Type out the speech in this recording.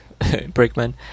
Brickman